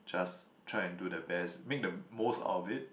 just try and do the best make the most out of it